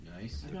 Nice